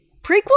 prequel